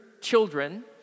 children